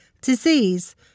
disease